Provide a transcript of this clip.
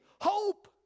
hope